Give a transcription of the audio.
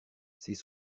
ces